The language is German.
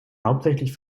hauptsächlich